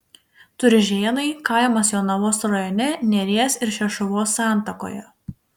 turžėnai kaimas jonavos rajone neries ir šešuvos santakoje